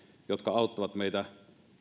jotka auttavat meitä